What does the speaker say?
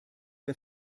der